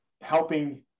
helping